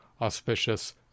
auspicious